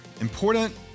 important